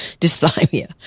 dysthymia